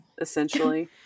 essentially